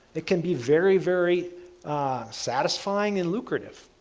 that can be very very satisfying and lucrative.